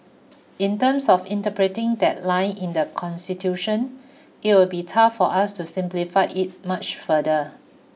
in terms of interpreting that line in the it would be tough for us to simplify it much further